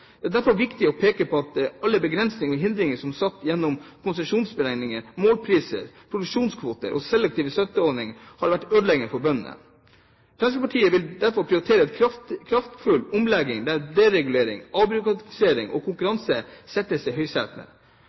Det er derfor viktig å peke på at alle begrensninger og hindringer som er satt gjennom konsesjonsbegrensninger, målpriser, produksjonskvoter og selektive støtteordninger, har vært ødeleggende for bøndene. Fremskrittspartiet vil derfor prioritere en kraftfull omlegging der deregulering, avbyråkratisering og konkurranse settes